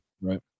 right